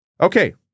Okay